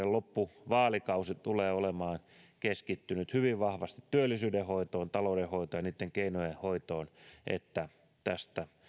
loppuvaalikausi tulee olemaan keskittynyt hyvin vahvasti työllisyydenhoitoon taloudenhoitoon ja niitten keinojen hoitoon että tästä